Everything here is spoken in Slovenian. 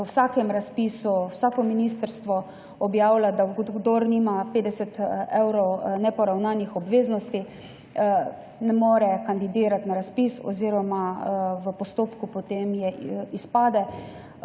v vsakem razpisu, vsako ministrstvo objavlja, da kdor ima 50 evrov neporavnanih obveznosti, ne more kandidirati na razpis oziroma v postopku potem izpade.